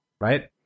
right